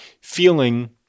feeling